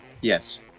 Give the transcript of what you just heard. Yes